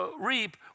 reap